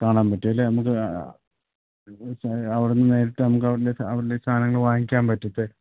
കാണാന് പറ്റും അല്ലേ നമുക്ക് അവിടുന്ന് നേരിട്ട് നമുക്ക് അവരുടെ അവരുടെ സാധനങ്ങൾ വാങ്ങിക്കാൻ പറ്റും